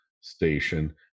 station